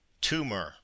Tumor